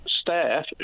staff